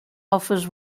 offers